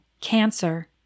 cancer